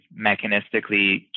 mechanistically